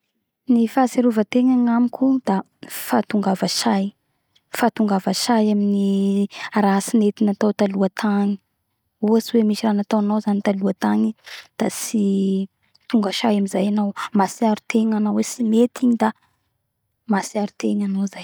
Ny fahatserovategna agnamiko da fahatongava say fahatongava say amy ny raha tsy nety natao taloa tagny ohatsy ho nisy raha natoanao taloa tagny da tsy tonga say amy zay anao mahatsiaro tegna manao ny tsy mety da mahatsiaro tegna anao zay